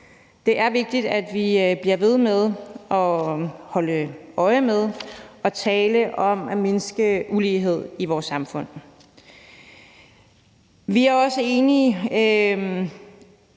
Det er vigtigt, at vi bliver ved med at holde øje med og tale om at mindske ulighed i vores samfund.